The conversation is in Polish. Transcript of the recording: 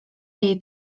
jej